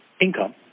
income